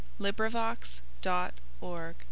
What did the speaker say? LibriVox.org